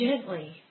gently